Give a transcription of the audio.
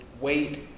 wait